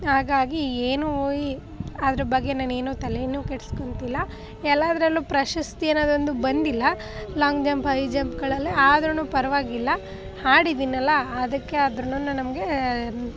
ಹಾಗಾಗಿ ಏನು ಅದ್ರ ಬಗ್ಗೆ ನಾನೇನು ತಲೆನೂ ಕೆಡ್ಸ್ಕೊಳ್ತಿಲ್ಲ ಎಲ್ಲದ್ರಲ್ಲು ಪ್ರಶಸ್ತಿ ಅನ್ನೋದೊಂದು ಬಂದಿಲ್ಲ ಲಾಂಗ್ ಜಂಪ್ ಹೈ ಜಂಪ್ಗಳಲ್ಲಿ ಆದರೂನು ಪರ್ವಾಗಿಲ್ಲ ಆಡಿದ್ದಿನಲ್ಲ ಅದಕ್ಕೆ ಅದರಿಂದ ನಮಗೆ